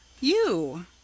You